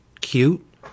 cute